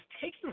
taking